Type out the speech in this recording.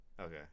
Okay